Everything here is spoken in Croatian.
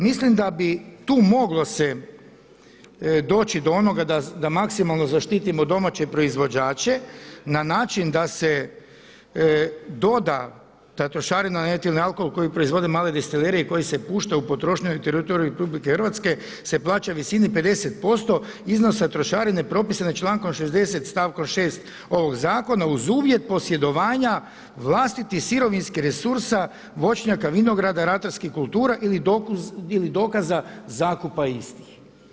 Mislim da bi tu moglo se doći do onoga da maksimalno zaštitimo domaće proizvođače na način da se doda ta trošarina na etilni alkohol koji proizvodi mala destilerije koje se puštaju u potrošnju na teritoriju RH se plaća u visini 50% iznosa trošarine propisane člankom 60. stavkom 6. ovog zakona uz uvjet posjedovanja vlastitih sirovinskih resursa voćnjaka, vinograda, ratarskih kultura ili dokaza zakupa istih.